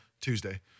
Tuesday